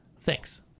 Thanks